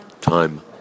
Time